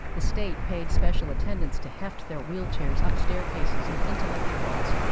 the state paid special attendants to heft their wheelchairs up staircases and into lecture halls.